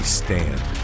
stand